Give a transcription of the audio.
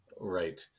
Right